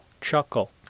chuckle